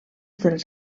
dels